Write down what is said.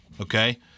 Okay